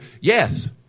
yes